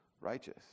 righteous